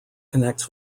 connects